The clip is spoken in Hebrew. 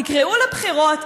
תקראו לבחירות,